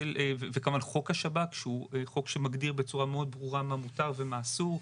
וכמובן חוק השב"כ שהוא חוק שמגדיר בצורה מאוד ברורה מה מותר ומה אסור.